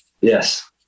Yes